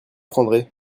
prendrez